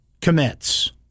commits